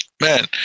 man